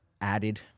added